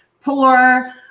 poor